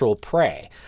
prey